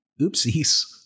Oopsies